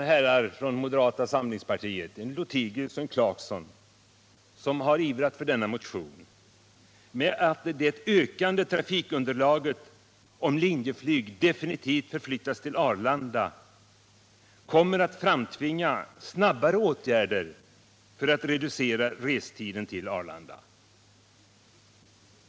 ösloterst Vi kan glädja de moderata ledamöterna, herrar Lothigius och Clarkson, — Flygplatsfrågan i som har ivrat för denna motion, med att det ökande trafikunderlaget — Stockholmsregioom Linjeflyg definitivt förflyttas till Arlanda kommer att framtvinga — nen snabbare åtgärder för att reducera restiden till Arlanda.